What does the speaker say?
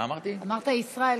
אמרת ישראל.